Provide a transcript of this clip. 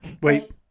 wait